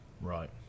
Right